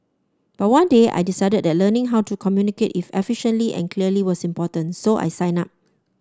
but one day I decided the learning how to communicate efficiently and clearly was important so I signed up